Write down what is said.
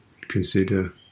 consider